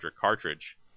cartridge